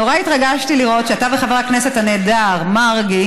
נורא התרגשתי לראות שאתה וחבר הכנסת הנהדר מרגי